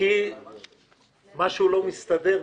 כי משהו לא מסתדר בתקציב.